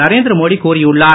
நரேந்திர மோடி கூறியுள்ளார்